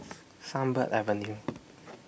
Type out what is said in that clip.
Sunbird Avenue